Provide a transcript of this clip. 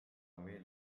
veel